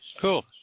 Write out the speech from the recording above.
Cool